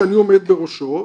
שאני עומד בראשו,